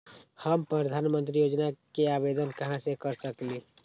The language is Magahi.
हम प्रधानमंत्री योजना के आवेदन कहा से कर सकेली?